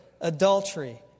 adultery